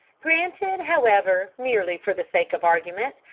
granted, however, merely for the sake of argument,